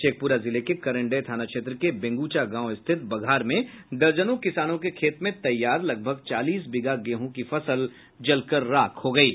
शेखपुरा जिले के करण्डेय थाना क्षेत्र के बेंगुचा गांव स्थित बघार में दर्जनों किसानों के खेत में तैयार लगभग चालीस बीघा गेहूं की फसल जलकर राख हो गयी